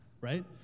right